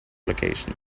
location